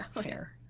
fair